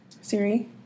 Siri